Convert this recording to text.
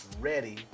ready